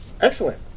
Excellent